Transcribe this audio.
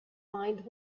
mind